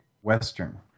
western